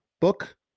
book